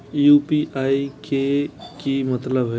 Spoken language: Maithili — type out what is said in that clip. यू.पी.आई के की मतलब हे छे?